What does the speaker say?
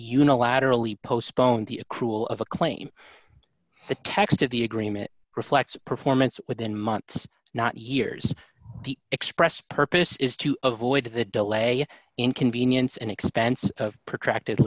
unilaterally postpone the cruel of a claim the text of the agreement reflects performance within months not years the expressed purpose is to avoid the delay inconvenience and expense of protracted